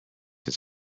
his